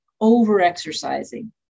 over-exercising